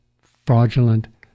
fraudulent